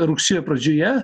rugsėjo pradžioje